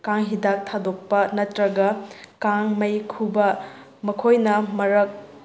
ꯀꯥꯡ ꯍꯤꯗꯥꯛ ꯊꯥꯗꯣꯛꯄ ꯅꯠꯇ꯭ꯔꯒ ꯀꯥꯡꯃꯩ ꯈꯨꯕ ꯃꯈꯣꯏꯅ ꯃꯔꯛ